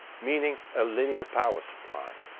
meaning a linear power supply.